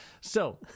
So-